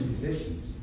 musicians